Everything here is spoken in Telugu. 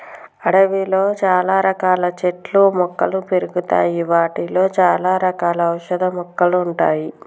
అడవిలో చాల రకాల చెట్లు మొక్కలు పెరుగుతాయి వాటిలో చాల రకాల ఔషధ మొక్కలు ఉంటాయి